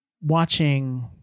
watching